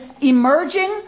emerging